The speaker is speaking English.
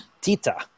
tita